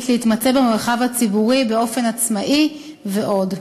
להתמצא במרחב הציבורי באופן עצמאי ועוד.